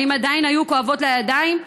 האם עדיין היו כואבות לה הידיים?